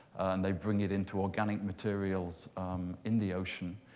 and they bring it into organic materials in the ocean.